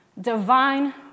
Divine